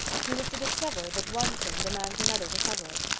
he was to discover that one sin demands another to cover it.